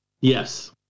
yes